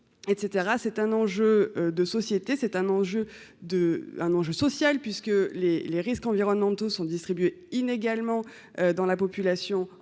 c'est un enjeu de société, c'est un enjeu de un enjeu social puisque les les risques environnementaux sont distribués inégalement dans la population en fonction de